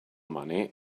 money